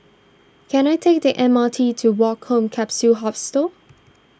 can I take the M R T to Woke Home Capsule Hostel